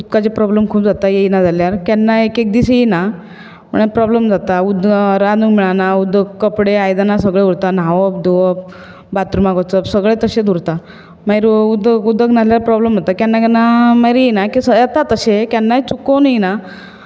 उदकाचे प्रोब्लम खूब जाता येयना जाल्यार केन्नाय एक एक दीस येयना म्हळ्यार प्रोब्लम जाता उद रांदूंक मेळना उदक कपडे आयदनां सगळें उरता न्हांवप धुंवप बाथरुमाक वचप सगळें तशेंच उरता मागीर उदक उदक ना जाल्यार प्रोब्लम जाता केन्ना केन्ना मागीर येना की सदां येता तशें केन्नाय चुकून येना